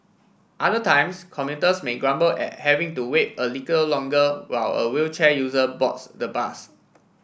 other times commuters may grumble at having to wait a little longer while a wheelchair user boards the bus